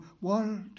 world